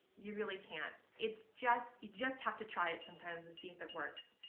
you really can't. it's just, you just have to try it sometimes and see if it works.